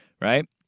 Right